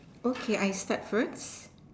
okay I start first